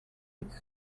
its